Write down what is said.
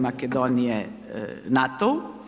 Makedonije NATO-u.